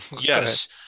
Yes